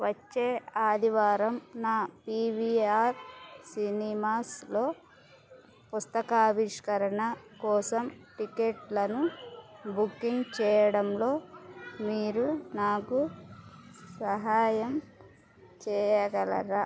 వచ్చే ఆదివారంన పీ వీ ఆర్ సినిమాస్లో పుస్తకావిష్కరణ కోసం టిక్కెట్లను బుకింగ్ చేయడంలో మీరు నాకు సహాయం చేయగలరా నాకు